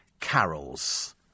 carols